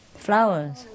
Flowers